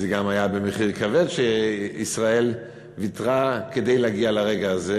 וזה גם היה במחיר כבד שישראל ויתרה כדי להגיע לרגע הזה,